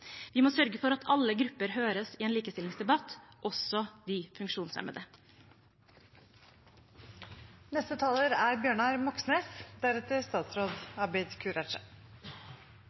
Vi må sørge for at alle grupper høres i en likestillingsdebatt, også de funksjonshemmede. Økonomiske kriser går ofte hardt ut over grupper som er